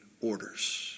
orders